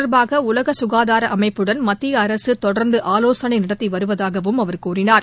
தொடர்பாகஉலகசுகாதாரஅமைப்புடன் மத்தியஅரசுதொடர்ந்துஆலோசனைநடத்திவருவதாகவும் இத அவர் கூறினார்